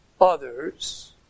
others